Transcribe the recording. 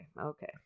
Okay